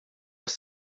aus